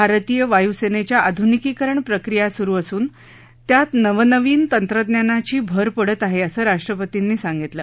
भारतीय वायू सेनेच्या आध्निकीकरण प्रक्रिया स्रु असून त्यात नवनवीन तंत्रज्ञानाची भर पडत आहे असं राष्ट्रपतींनी सांगितलं